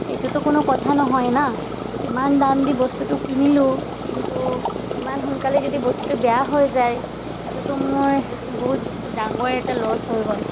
এইটোতো কোনো কথা নহয় ন ইমান দাম দি বস্তুটো কিনিলোঁ কিন্তু ইমান সোনকালে যদি বস্তুটো বেয়া হৈ যায় এইটোতো মোৰ বহুত ডাঙৰ এটা ল'চ হৈ গ'ল